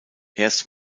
erst